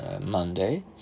Monday